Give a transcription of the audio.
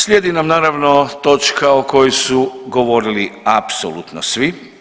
Slijedi nam naravno točka o kojoj su govorili apsolutno svi.